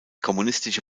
kommunistische